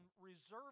reserve